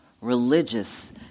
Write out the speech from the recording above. religious